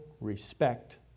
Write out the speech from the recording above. respect